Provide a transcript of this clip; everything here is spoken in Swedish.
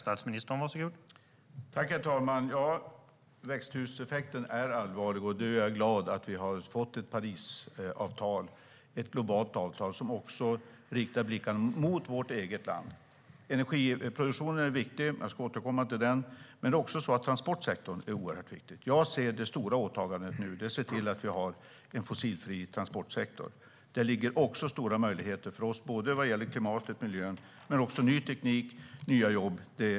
Herr talman! Växthuseffekten är allvarlig. Jag är glad att vi har fått ett Parisavtal, ett globalt avtal, som också riktar blickarna mot vårt eget land. Energiproduktionen är viktig; jag ska återkomma till den. Transportsektorn är också oerhört viktig. Jag ser att det stora åtagandet nu är att se till att vi har en fossilfri transportsektor. Det ligger stora möjligheter framför oss både vad gäller klimatet och miljön. Men det handlar också om ny teknik och nya jobb.